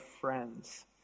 friends